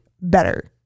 better